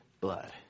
blood